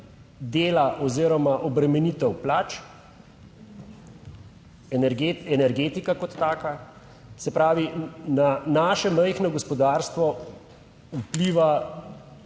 dela oziroma obremenitev plač, energetika kot taka, se pravi, na naše majhno gospodarstvo vpliva